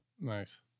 nice